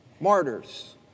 martyrs